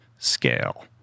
Scale